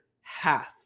half